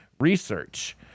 research